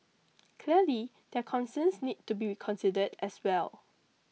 clearly their concerns need to be considered as well